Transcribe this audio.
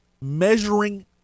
measuring